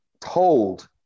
told